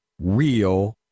real